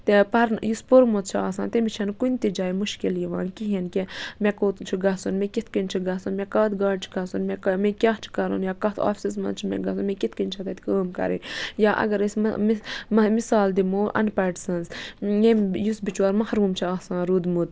تہِ پَرنہٕ یُس پوٚرمُت چھُ آسان تٔمِس چھَنہٕ کُنہِ تہِ جایہِ مُشکل یِوان کِہیٖنۍ کہِ مےٚ کوٚت چھُ گژھُن مےٚ کِتھ کَنۍ چھِ گژھُن مےٚ کَتھ گاڑِ چھِ کھَسُن مےٚ مےٚ کیٛاہ چھِ کَرُن یا کَتھ آفِسَس منٛز چھِ مےٚ گژھُن مےٚ کِتھ کٔنۍ چھےٚ تَتہِ کٲم کَرٕنۍ یا اگر أسۍ مِثال دِمو اَن پَڑ سٕںٛز ییٚمۍ یُس بِچور محروٗم چھِ آسان روٗدمُت